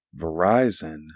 Verizon